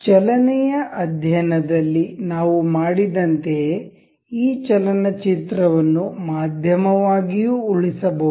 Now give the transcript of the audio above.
ಚಲನೆಯ ಅಧ್ಯಯನ ದಲ್ಲಿ ನಾವು ಮಾಡಿದಂತೆಯೇ ಈ ಚಲನಚಿತ್ರವನ್ನು ಮಾಧ್ಯಮವಾಗಿಯೂ ಉಳಿಸಬಹುದು